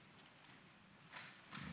אני